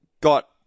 got